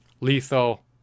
lethal